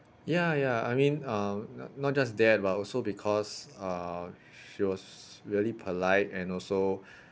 ya ya I mean um not not just that but also because uh she was really polite and also